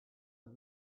and